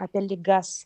apie ligas